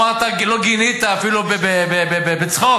לא גינית ואפילו לא בצחוק.